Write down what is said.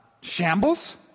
shambles